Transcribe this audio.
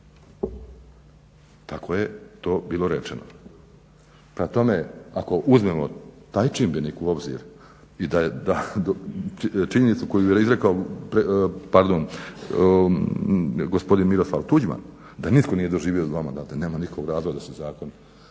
Tako je to bilo rečeno. Prema tome ako uzmemo taj čimbenik u obzir i činjenicu koju je izrekao gospodin Miroslav Tuđman da nitko nije doživio dva mandata nema nikakav razlog da se zakon